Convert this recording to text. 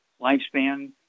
lifespan